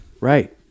Right